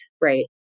right